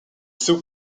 two